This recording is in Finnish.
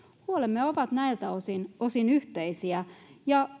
huolemme ovat näiltä osin osin yhteisiä ja